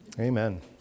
Amen